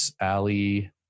Ali